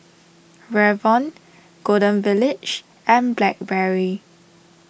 Revlon Golden Village and Blackberry